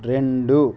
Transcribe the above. రెండు